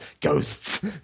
Ghosts